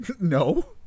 no